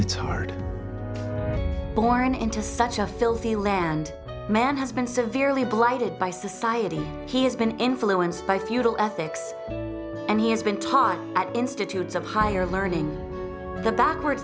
it's hard born into such a filthy land man has been severely blighted by society he has been influenced by feudal ethics and he has been taught at institutes of higher learning the backward